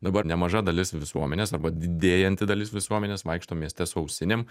dabar nemaža dalis visuomenės arba didėjanti dalis visuomenės vaikšto mieste su ausinėm